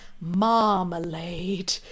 marmalade